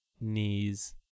knees